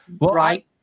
Right